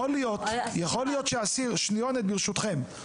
שניונת, ברשותכם.